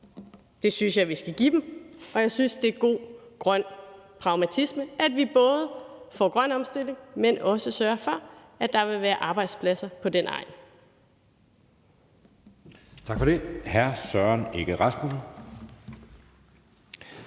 Det synes jeg vi skal give dem, og jeg synes, det er god grøn pragmatisme, at vi både får grøn omstilling, men også sørger for, at der vil være arbejdspladser på den egn.